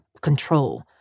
control